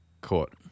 court